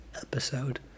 episode